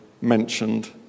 mentioned